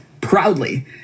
proudly